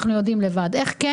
אנחנו יודעים לבד, איך כן?